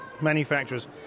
manufacturers